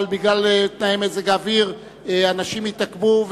אבל בגלל תנאי מזג האוויר אנשים התעכבו,